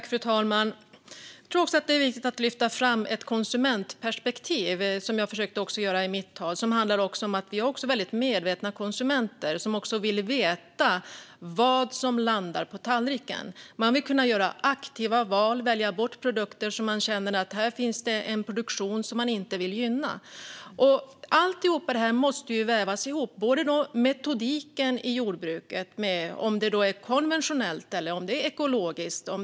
Fru talman! Jag tror att det är viktigt att lyfta fram ett konsumentperspektiv, vilket jag också försökte göra i mitt huvudanförande. Det handlar om att vi har väldigt medvetna konsumenter som vill veta vad som landar på tallriken. Man vill kunna göra aktiva val och välja bort produkter om man känner att det är fråga om en produktion som man inte vill gynna. Allt det här måste vävas ihop, även metodiken i jordbruket, oavsett om man odlar konventionellt eller ekologiskt.